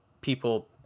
people